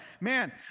man